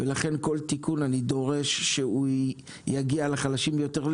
ולכן אני דורש שכל תיקון יגיע לחלשים ביותר,